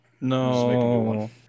No